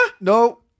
No